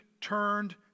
turned